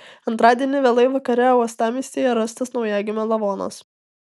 antradienį vėlai vakare uostamiestyje rastas naujagimio lavonas